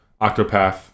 Octopath